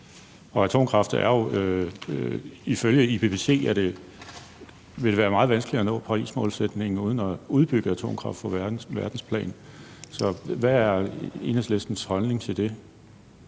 skalerbare. Og ifølge IPCC vil det være meget vanskeligt at nå Parismålsætningen uden at udbygge atomkraft på verdensplan. Så hvad er Enhedslistens holdning til det,